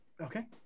Okay